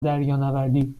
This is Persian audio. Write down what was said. دریانوردی